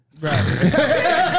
Right